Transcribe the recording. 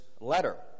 letter